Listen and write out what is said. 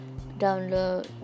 download